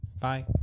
Bye